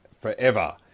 forever